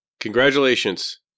Congratulations